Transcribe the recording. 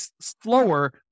slower